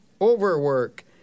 overwork